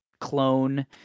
clone